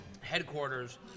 headquarters